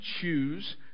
choose